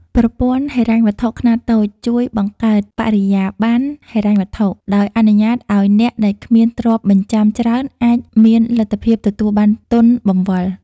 ប្រព័ន្ធហិរញ្ញវត្ថុខ្នាតតូចជួយបង្កើតបរិយាបន្នហិរញ្ញវត្ថុ ដោយអនុញ្ញាតឱ្យអ្នកដែលគ្មានទ្រព្យបញ្ចាំច្រើនអាចមានលទ្ធភាពទទួលបានទុនបង្វិល។